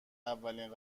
اولین